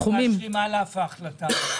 אנחנו מאשרים על אף ההחלטה על ההקפאה.